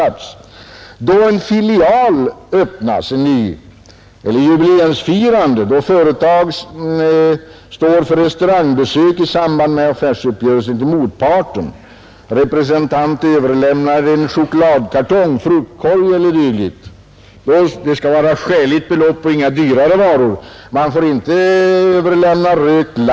Vidare medges avdrag då en filial öppnas eller ett jubileum firas, då företaget står för restaurangbesök i samband med affärsuppgörelser och när en representant överlämnar en chokladkartong, en fruktkorg e. d. Det skall emellertid vara gåvor för skäligt belopp och således inga dyra varor. Man får inte överlämna ”t.ex.